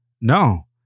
No